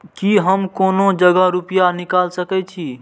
की हम कोनो जगह रूपया निकाल सके छी?